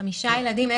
חמישה ילדים.